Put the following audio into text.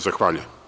Zahvaljujem.